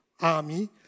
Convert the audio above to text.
army